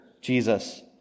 Jesus